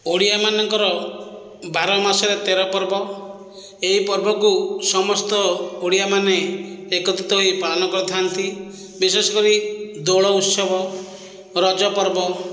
ଓଡ଼ିଆମାନଙ୍କର ବାର ମାସରେ ତେର ପର୍ବ ଏହି ପର୍ବକୁ ସମସ୍ତ ଓଡ଼ିଆ ମାନେ ଏକତ୍ରିତ ହୋଇ ପାଳନ କରିଥାନ୍ତି ବିଶେଷ କରି ଦୋଳ ଉତ୍ସବ ରଜ ପର୍ବ